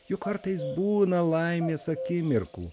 juk kartais būna laimės akimirkų